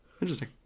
interesting